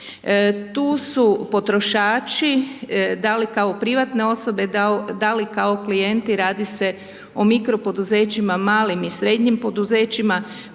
Tu su potrošači, da li kao privatne osobe da li kao klijenti, radi se o mikropoduzećima, malim i srednjim poduzećima,